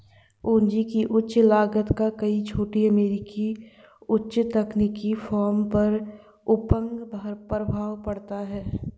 पूंजी की उच्च लागत का कई छोटी अमेरिकी उच्च तकनीकी फर्मों पर अपंग प्रभाव पड़ता है